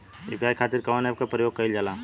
UPI खातीर कवन ऐपके प्रयोग कइलजाला?